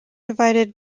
divided